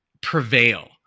prevail